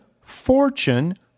fortune